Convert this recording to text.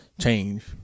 change